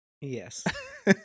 Yes